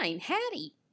Hattie